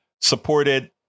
supported